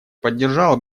поддержала